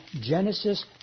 Genesis